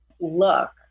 look